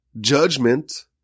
judgment